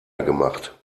gemacht